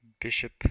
bishop